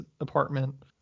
apartment